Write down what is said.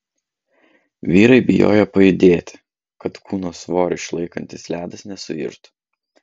vyrai bijojo pajudėti kad kūno svorį išlaikantis ledas nesuirtų